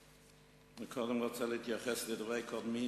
אני קודם רוצה להתייחס לדברי קודמי,